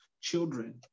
children